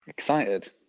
excited